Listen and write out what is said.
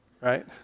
Right